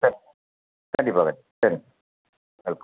sir கண்டிப்பாக sir சரிங்க sir welcome